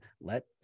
let